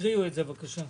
תקריאו את זה בבקשה.